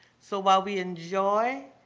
so while we enjoy